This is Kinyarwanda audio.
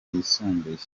yisumbuye